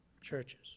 churches